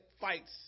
fights